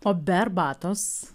o be arbatos